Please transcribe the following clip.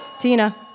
Tina